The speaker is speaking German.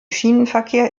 schienenverkehr